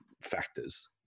factors